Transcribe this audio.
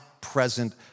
present